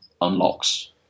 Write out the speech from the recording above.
unlocks